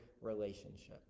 relationship